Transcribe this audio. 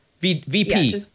VP